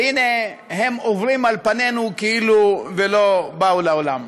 והנה, הם עוברים על פנינו וכאילו לא באו לעולם.